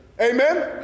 Amen